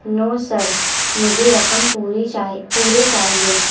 نو sir مجھے رقم پوری چاہ پورے چاہیے